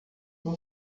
não